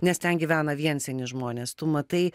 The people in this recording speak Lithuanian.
nes ten gyvena vien seni žmonės tu matai